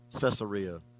Caesarea